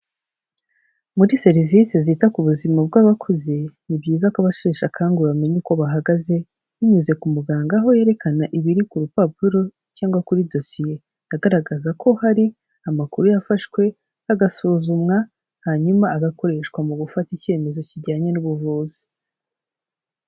Muri serivise zita ku buzima bw'abakozi, ni byiza kuba abasheshe akanguhe bamenya uko bahagaze, binyuze ku muganga aho yerekana ibiri ku rupapuro, cyangwa kuri dosiye, agaragaza ko hari amakuru yafashwe, agasuzumwa, hanyuma agakoreshwa mu gufata icyemezo kijyanye n'ubuvuzi.